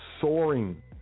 soaring